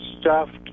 stuffed